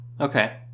Okay